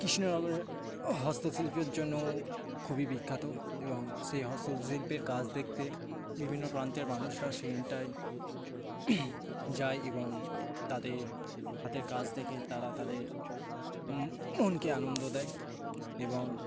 কৃষ্ণনগরের হস্তশিল্পের জন্যও খুবই বিখ্যাত এবং সেই হস্তশিল্পের কাজ দেখতে বিভিন্ন প্রান্তের মানুষরা সেখানটায় যায় এবং তাদের হাতের কাজ দেখে তারা তাদের মো মনকে আনন্দ দেয় এবং